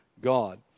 God